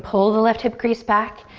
pull the left hip crease back,